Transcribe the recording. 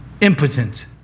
impotent